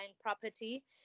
property